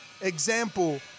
example